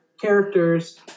characters